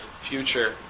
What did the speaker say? future